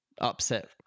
upset